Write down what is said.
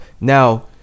Now